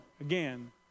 again